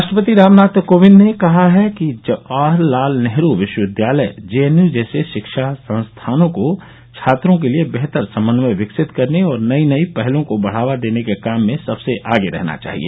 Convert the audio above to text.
राष्ट्रपति रामनाथ कोविंद ने कहा है कि जवाहरलाल नेहरू विश्वविद्यालय जेएनयू जैसे शिक्षा संस्थानों को छात्रों के लिए बेहतर समन्वय विकसित करने और नई नई पहलों को बढ़ावा देने के काम में सबसे आगे रहना चाहिए